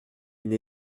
une